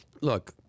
look